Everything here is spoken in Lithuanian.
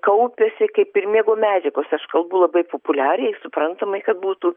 kaupiasi kaip ir miego medžiagos aš kalbu labai populiariai suprantamai kad būtų